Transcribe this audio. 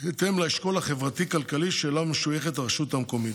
בהתאם לאשכול החברתי-כלכלי שאליו משויכת הרשות המקומית: